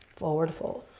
forward fold.